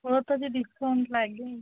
हो तदी डिस्काऊंट लागेल